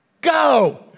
go